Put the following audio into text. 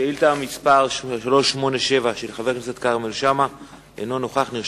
תש"ע (4 בנובמבר 2009): במוצאי שמחת תורה